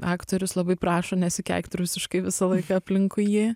aktorius labai prašo nesikeikt rusiškai visą laiką aplinkui ji